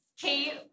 Kate